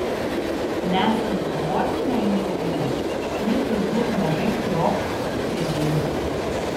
nesant emocinio intymumo ji turbūt mažai trokš fizinio